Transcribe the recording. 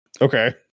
okay